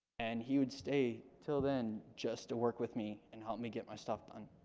and he would stay till then just to work with me and help me get my stuff done.